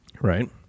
Right